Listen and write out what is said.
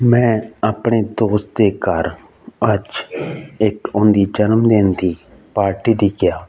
ਮੈਂ ਆਪਣੇ ਦੋਸਤ ਦੇ ਘਰ ਅੱਜ ਇੱਕ ਉਹਦੀ ਜਨਮ ਦਿਨ ਦੀ ਪਾਰਟੀ 'ਤੇ ਗਿਆ